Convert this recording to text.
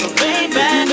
baby